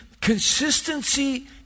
consistency